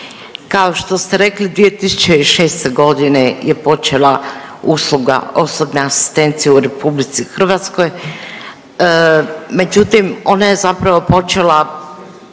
Kao što ste rekli 2006.g. je počela usluga osobne asistencije u RH, međutim ona je zapravo počela